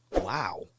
Wow